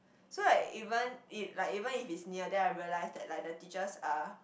so like even if like even if it's near then I realise that like the teachers are